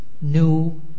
new